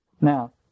Now